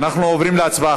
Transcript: אנחנו עוברים להצבעה.